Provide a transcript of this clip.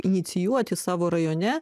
inicijuoti savo rajone